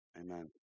Amen